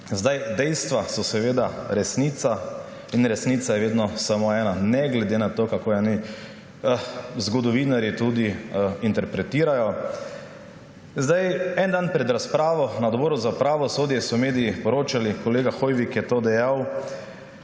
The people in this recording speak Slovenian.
Dejstva so seveda resnica. In resnica je vedno samo ena ne glede na to, kako eni zgodovinarji tudi interpretirajo. En dan pred razpravo na Odboru za pravosodje so mediji poročali, kolega Hoivik je to dejal,